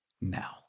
now